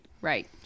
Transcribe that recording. Right